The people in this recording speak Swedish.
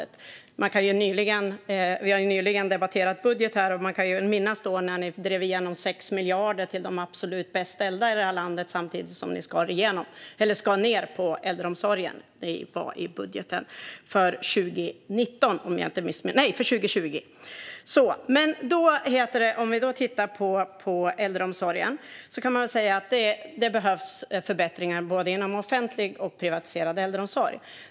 Vi har nyligen debatterat budget här. Jag kan minnas när ni drev igenom 6 miljarder till dem som har det absolut bäst ställt i det här landet samtidigt som ni skar ned på äldreomsorgen; detta var i budgeten för 2020. Det behövs förbättringar inom både offentlig och privatiserad äldreomsorg.